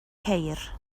ceir